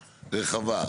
רחבה,